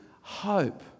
hope